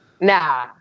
Nah